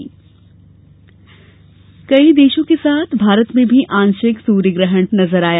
सूर्य ग्रहण कई देशों के साथ भारत में भी आंशिक सूर्य ग्रहण नज़र आया